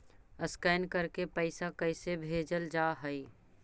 Scan करके पैसा कैसे भेजल जा हइ?